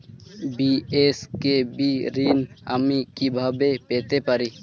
BSKB ঋণ আমি কিভাবে পেতে পারি?